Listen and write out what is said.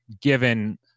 given